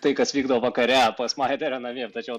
tai kas vykdavo vakare pas maya deren namie tačiau